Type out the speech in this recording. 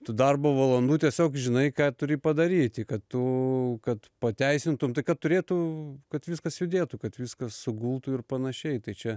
tų darbo valandų tiesiog žinai ką turi padaryti kad tu kad pateisintum tai kad turėtų kad viskas judėtų kad viskas sugultų ir panašiai tai čia